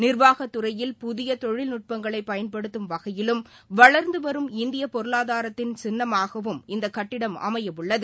நிர்வாகத் துறையில் புதிய தொழில் நட்பங்களை பயன்படுத்தும் வகையிலும் வளர்ந்து வரும் இந்தியப் பொருளாதாரத்தின் சின்னமாகவும் இந்தக் கட்டிடம் அமையவுள்ளது